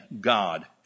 God